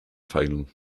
final